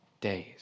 days